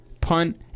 punt